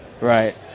Right